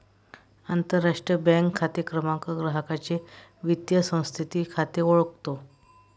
आंतरराष्ट्रीय बँक खाते क्रमांक ग्राहकाचे वित्तीय संस्थेतील खाते ओळखतो